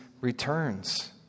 returns